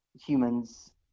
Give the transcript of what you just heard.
humans